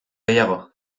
gehiago